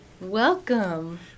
welcome